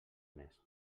més